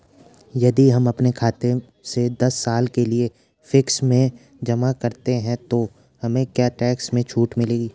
यदि हम अपने खाते से दस साल के लिए फिक्स में जमा करते हैं तो हमें क्या टैक्स में छूट मिलेगी?